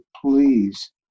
please